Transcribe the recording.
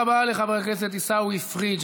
חמש שעות, תודה רבה לחבר הכנסת עיסאווי פריג'.